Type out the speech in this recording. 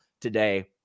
Today